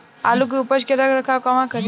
आलू के उपज के रख रखाव कहवा करी?